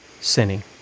sinning